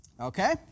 Okay